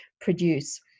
produce